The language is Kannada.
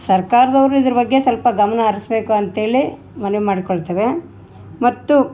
ಸರ್ಕಾರ್ದೋರು ಇದ್ರ ಬಗ್ಗೆ ಸ್ವಲ್ಪ ಗಮನ ಹರಿಸ್ಬೇಕು ಅಂತೇಳಿ ಮನವಿ ಮಾಡಿಕೊಳ್ತೇವೆ ಮತ್ತು